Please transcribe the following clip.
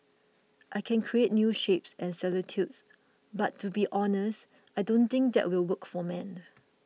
I can create new shapes and silhouettes but to be honest I don't think that will work for men